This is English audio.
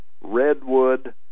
Redwood